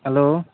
hello